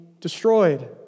destroyed